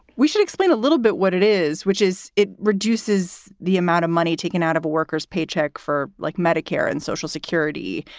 we should explain a little bit what it is, which is it reduces the amount of money taken out of a worker's paycheck for like medicare and social security.